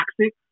toxic